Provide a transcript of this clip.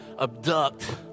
abduct